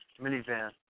minivan